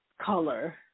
color